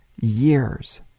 years